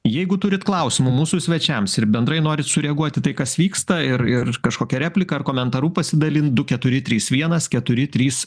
jeigu turit klausimų mūsų svečiams ir bendrai norit sureaguot į tai kas vyksta ir ir kažkokia replika ar komentaru pasidalint du keturi trys vienas keturi trys